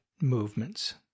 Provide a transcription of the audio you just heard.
movements